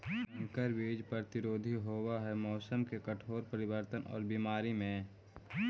संकर बीज प्रतिरोधी होव हई मौसम के कठोर परिवर्तन और बीमारी में